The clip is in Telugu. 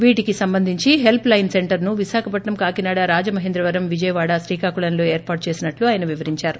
వీటికి సంబంధించి హెల్స్ లైన్ సెంటర్ను విశాఖపట్నం కాకినాడ రాజమహేంద్రవరం విజయవాడ శ్రీకాకుళంలలో ఏర్పాటు చేసినట్ల ఆయన వివరించారు